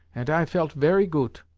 ant i felt very goot.